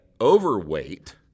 overweight